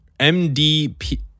MDP